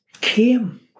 came